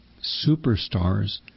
superstars